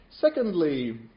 Secondly